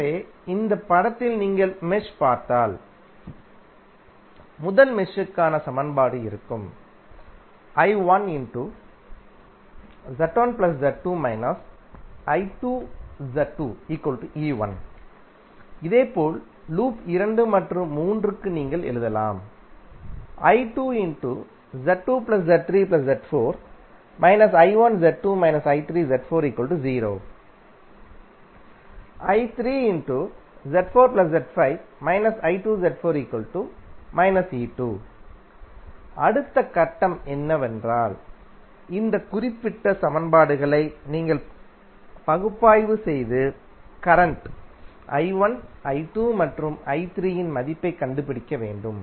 எனவே இந்த படத்தில் நீங்கள் மெஷ் பார்த்தால் முதல் மெஷ்க்கான சமன்பாடு இருக்கும் இதேபோல் லூப் இரண்டு மற்றும் மூன்றுக்கு நீங்கள் எழுதலாம் அடுத்த கட்டம் என்னவென்றால் இந்த குறிப்பிட்ட சமன்பாடுகளை நீங்கள் பகுப்பாய்வு செய்து கரண்ட் I1 I2 மற்றும் I3 இன் மதிப்பைக் கண்டுபிடிக்க வேண்டும்